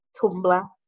Tumblr